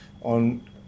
on